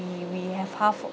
we we have half